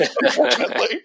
Unfortunately